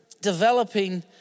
developing